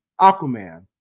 Aquaman